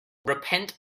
repent